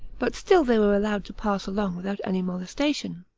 but still they were allowed to pass along without any molestation.